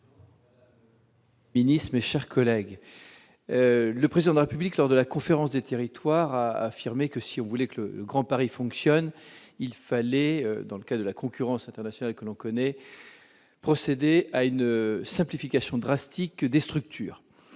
Pemezec. Finisse mes chers collègues, le président de la République lors de la conférence des territoires, a affirmé que si on voulait que le Grand Paris fonctionne, il fallait, dans le cas de la concurrence internationale que l'on connaît, procéder à une simplification drastique des structures